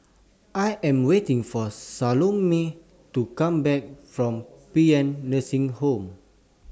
I Am waiting For Salome to Come Back from Paean Nursing Home